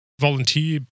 volunteer